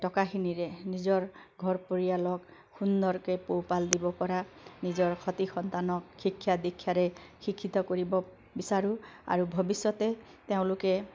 টকাখিনিৰে নিজৰ ঘৰ পৰিয়ালক সুন্দৰকে পোহ পাল দিব পৰা নিজৰ সতি সন্তানক শিক্ষা দীক্ষাৰে শিক্ষিত কৰিব বিচাৰোঁ আৰু ভৱিষ্যতে তেওঁলোকে